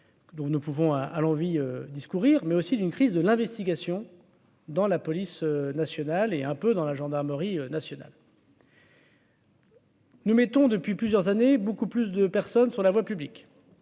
donc nous pouvons à à Longwy discourir mais aussi d'une crise de l'investigation dans la police nationale est un peu dans la gendarmerie nationale. Nous mettons depuis plusieurs années, beaucoup plus de personnes sur la voie publique.